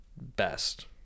best